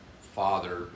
father